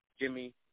Jimmy